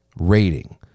rating